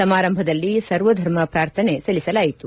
ಸಮಾರಂಭದಲ್ಲಿ ಸರ್ವಧರ್ಮ ಪ್ರಾರ್ಥನೆ ಸಲ್ಲಿಸಲಾಯಿತು